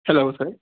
hello sir